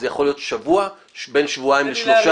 זה יכול להיות שבוע, בין שבועיים לשלושה.